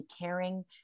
caring